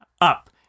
up